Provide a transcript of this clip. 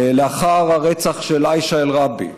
לאחר הרצח של עאישה אל-ראבי,